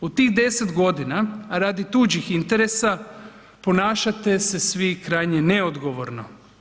U tih 10.g., a radi tuđih interesa ponašate se svi krajnje neodgovorno.